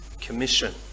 Commission